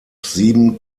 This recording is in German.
sieben